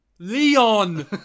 Leon